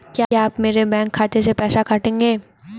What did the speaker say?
क्या आप मेरे बैंक खाते से पैसे काटेंगे?